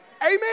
Amen